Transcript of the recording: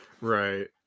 Right